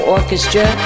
Orchestra